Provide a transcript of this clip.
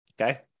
okay